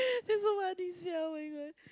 that's so funny sia oh-my-God